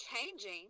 changing